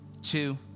two